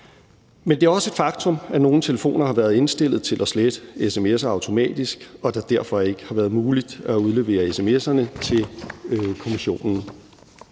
Men det er også et faktum, at nogle telefoner har været indstillet til at slette sms'er automatisk, og at det derfor ikke har været muligt at udlevere sms'erne til kommissionen.